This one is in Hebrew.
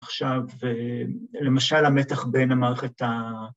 עכשיו, למשל המתח בין המערכת ה...